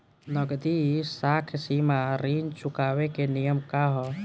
नगदी साख सीमा ऋण चुकावे के नियम का ह?